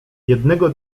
jednego